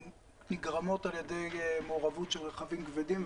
נגרמות על ידי מעורבות של רכבים כבדים,